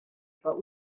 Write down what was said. but